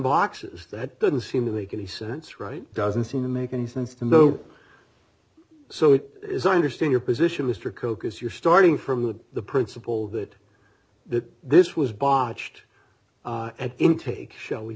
boxes that doesn't seem to make any sense right doesn't seem to make any sense to know so it is i understand your position mr coke is you're starting from the principle that that this was botched at intake shall we